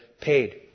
paid